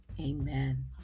Amen